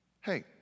Hey